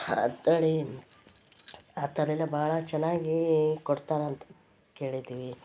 ಆ ಆ ಥರ ಎಲ್ಲ ಭಾಳ ಚೆನ್ನಾಗಿ ಕೊಡ್ತಾರಂತ ಕೇಳಿದ್ವಿ